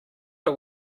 are